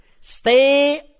Stay